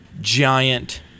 giant